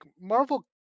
Marvel